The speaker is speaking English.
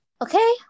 Okay